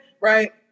right